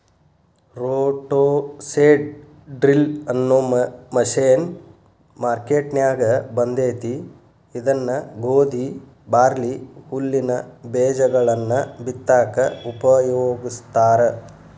roto seed drill ಅನ್ನೋ machine ಮಾರ್ಕೆನ್ಯಾಗ ಬಂದೇತಿ ಇದನ್ನ ಗೋಧಿ, ಬಾರ್ಲಿ, ಹುಲ್ಲಿನ ಬೇಜಗಳನ್ನ ಬಿತ್ತಾಕ ಉಪಯೋಗಸ್ತಾರ